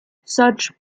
such